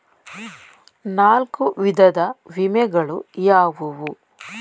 ನಾಲ್ಕು ವಿಧದ ವಿಮೆಗಳು ಯಾವುವು?